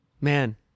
man